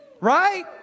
right